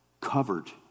covered